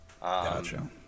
Gotcha